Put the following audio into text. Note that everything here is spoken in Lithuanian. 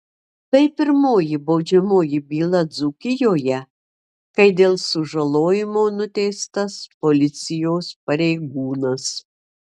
tai pirmoji baudžiamoji byla dzūkijoje kai dėl sužalojimo nuteistas policijos pareigūnas